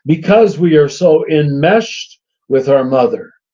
because we are so enmeshed with our mother.